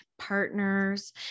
partners